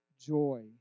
joy